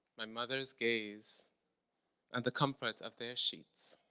my mother's gaze and the comfort of their sheets.